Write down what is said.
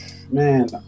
Man